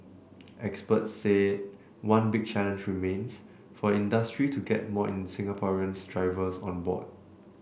experts said one big challenge remains for the industry to get more Singaporeans drivers on board